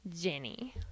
Jenny